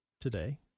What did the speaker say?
today